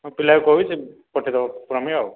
ହଁ ପିଲାକୁ କହିବି ସେ ପଠାଇଦେବ ପ୍ରମେୟ ଆଉ